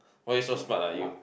why you so smart lah you